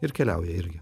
ir keliauja irgi